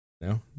No